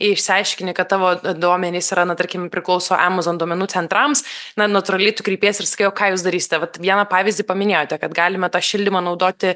išsiaiškini kad tavo duomenys yra na tarkim priklauso amazon duomenų centrams na natūraliai tu kreipėsi ir sakai o ką jūs darysite bet vieną pavyzdį paminėjote kad galima tą šildymą naudoti